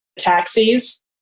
taxis